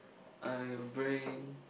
I'll bring